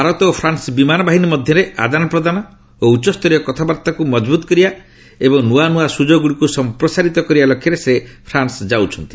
ଭାରତ ଓ ଫ୍ରାନ୍ନ ବିମାନ ବାହିନୀ ମଧ୍ୟରେ ଆଦାନପ୍ରଦାନ ଓ ଉଚ୍ଚସ୍ତରୀୟ କଥାବାର୍ତ୍ତାକୁ ମଜବୁତ କରିବା ଏବଂ ନୂଆ ନୂଆ ସୁଯୋଗ ଗୁଡ଼ିକୁ ସମ୍ପ୍ରସାରିତ କରିବା ଲକ୍ଷ୍ୟରେ ସେ ଫ୍ରାନ୍ସ ଯାଉଛନ୍ତି